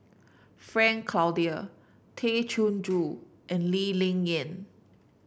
Frank Cloutier Tay Chin Joo and Lee Ling Yen